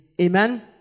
Amen